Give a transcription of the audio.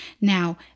Now